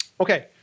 Okay